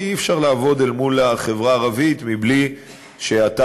כי אי-אפשר לעבוד אל מול החברה הערבית מבלי שאתה,